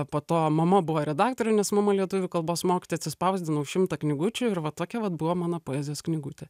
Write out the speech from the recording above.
po to mama buvo redaktorė nes mama lietuvių kalbos mokytoja atsispausdinau šimtą knygučių ir va tokia vat buvo mano poezijos knygutė